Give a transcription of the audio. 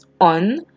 on